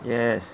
yes